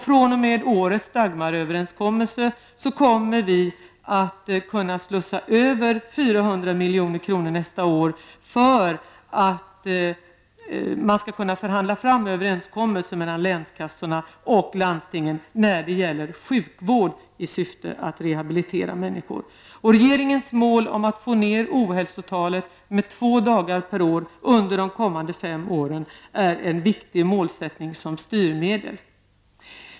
fr.o.m. årets Dagmaröverenskommelse kommer vi att kunna slussa över 400 milj.kr. nästa år för att man skall kunna förhandla fram överenskommelser mellan länskassorna och landstingen när det gäller sjukvård i syfte att rehabilitera människor. Regeringens mål att få ned ohälsotalet med två dagar per år under de kommande fem åren är en viktig målsättning som styrmedel.